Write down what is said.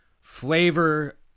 Flavor